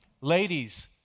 Ladies